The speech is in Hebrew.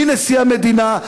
מנשיא המדינה,